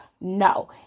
No